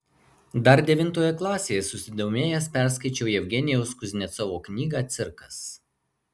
dar devintoje klasėje susidomėjęs perskaičiau jevgenijaus kuznecovo knygą cirkas